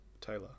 Taylor